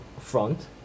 front